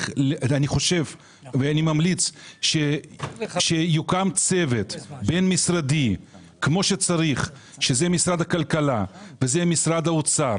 אני ממליץ שיוקם צוות בין משרדי של משרד הכלכלה ומשרד האוצר